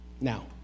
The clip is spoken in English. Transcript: Now